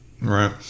Right